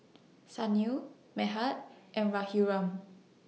Sunil Medha and Raghuram